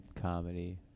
comedy